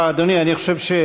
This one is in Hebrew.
אני חושב,